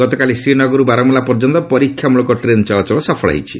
ଗତକାଲି ଶ୍ରୀନଗରରୁ ବାରମୁଲା ପର୍ଯ୍ୟନ୍ତ ପରୀକ୍ଷାମୂଳକ ଟ୍ରେନ୍ ଚଳାଚଳ ସଫଳ ହୋଇଛି